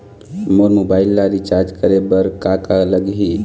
मोर mobile ला recharge करे बर का का लगही?